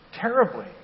terribly